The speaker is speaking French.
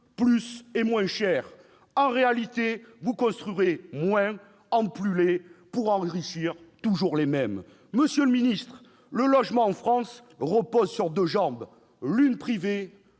plus et moins cher ». En réalité, vous construirez moins, en plus laid, pour enrichir toujours les mêmes ! Monsieur le ministre, le logement, en France, repose sur deux jambes : l'une privée,